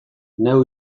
neu